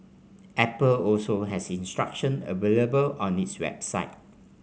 apple also has instruction available on its website